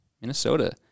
Minnesota